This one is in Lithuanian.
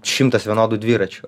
šimtas vienodų dviračių